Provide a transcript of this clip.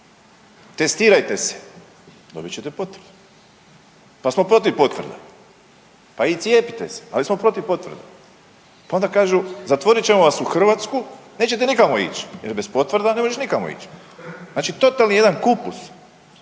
Testirajte se dobit ćete potvrdu, pa smo protiv potvrda, pa i cijepite se ali smo protiv potvrda, pa onda kažu zatvorit ćemo vas u Hrvatsku nećete nikamo ić jer bez potvrda ne možeš nikamo ić. Znači totalni jedan kupus